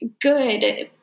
good